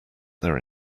there